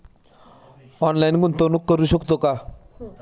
Online गुंतवणूक करू शकतो का?